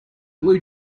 blue